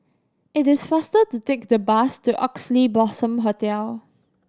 it is faster to take the bus to Oxley Blossom Hotel